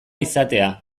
izatea